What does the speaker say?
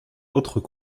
autres